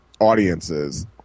audiences